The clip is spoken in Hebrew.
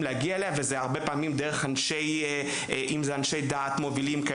להגיע אליה וזה הרבה פעמים דרך אנשי דת מובילים.